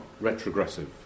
retrogressive